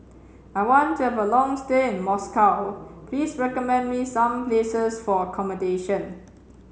I want to have a long stay in Moscow Please recommend me some places for accommodation